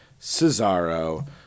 Cesaro